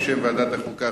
בשם ועדת החוקה,